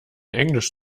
englisch